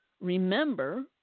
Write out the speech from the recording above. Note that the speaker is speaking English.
Remember